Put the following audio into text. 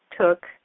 took